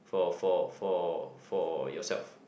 for for for for yourself